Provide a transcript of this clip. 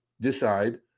decide